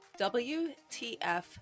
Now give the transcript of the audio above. WTF